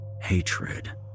hatred